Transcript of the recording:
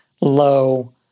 low